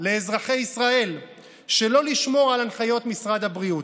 לאזרחי ישראל שלא לשמור על הנחיות משרד הבריאות.